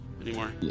anymore